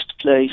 place